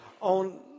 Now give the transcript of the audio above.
on